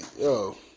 yo